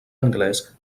anglès